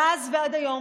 מאז ועד היום,